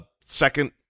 second